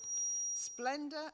Splendor